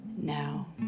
Now